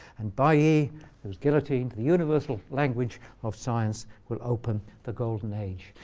and bailly, who was guillotined, the universal language of science will open the golden age.